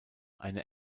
eine